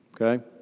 Okay